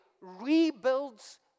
rebuilds